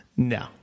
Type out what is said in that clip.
No